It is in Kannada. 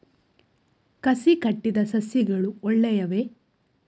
ಕಸಿ ಕಟ್ಟಿದ ಸಸ್ಯಗಳು ಒಳ್ಳೆಯವೇ?